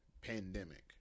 pandemic